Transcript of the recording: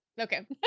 Okay